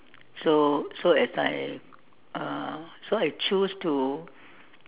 so so as I uh so I choose to